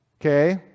Okay